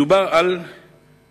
מדובר על עשרות